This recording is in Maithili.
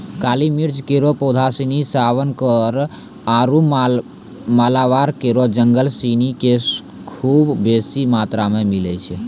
काली मिर्च केरो पौधा सिनी त्रावणकोर आरु मालाबार केरो जंगल सिनी म खूब बेसी मात्रा मे मिलै छै